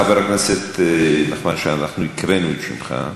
חבר הכנסת נחמן שי, אנחנו הקראנו את שמך,